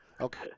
Okay